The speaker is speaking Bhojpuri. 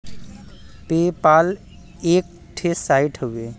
पे पाल एक ठे साइट हउवे